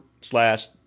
slash